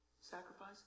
sacrifice